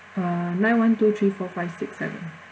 uh nine one two three four five six seven